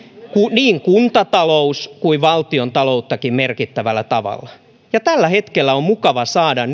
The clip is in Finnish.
niin kuntatalous kuin valtiontalouttakin merkittävällä tavalla ja tällä hetkellä on mukava saada